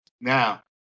Now